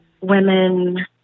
women